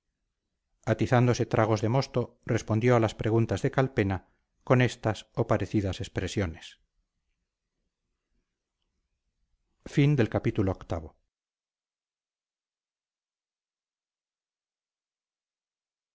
herrería atizándose tragos de mosto respondió a las preguntas de calpena con estas o parecidas expresiones